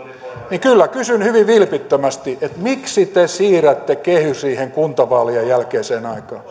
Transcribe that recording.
niin kyllä kysyn hyvin vilpittömästi miksi te siirrätte kehysriihen kuntavaalien jälkeiseen aikaan